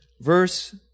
verse